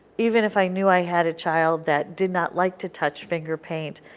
even if i knew i had a child that did not like to touch finger paint,